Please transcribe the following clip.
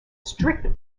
strict